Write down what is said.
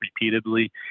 repeatedly